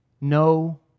no